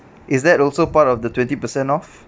is that also part of the twenty percent off